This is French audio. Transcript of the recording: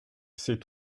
c’est